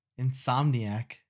insomniac